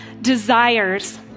desires